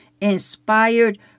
inspired